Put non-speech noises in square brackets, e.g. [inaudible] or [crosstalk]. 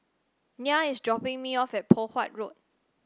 Nyah is dropping me off at [noise] Poh Huat Road